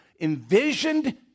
envisioned